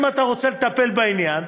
אם אתה רוצה לטפל בעניין,